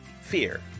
fear